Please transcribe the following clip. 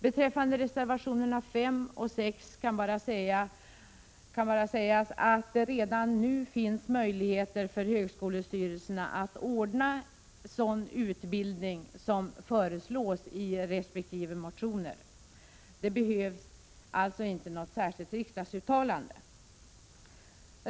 Beträffande reservationerna 5 och 6 kan bara sägas att det redan nu finns möjligheter för högskolestyrelserna att ordna sådan utbildning som föreslås i resp. motioner. Det behövs alltså inte något särskilt riksdagsuttalande.